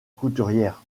couturière